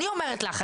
אני אומרת לך.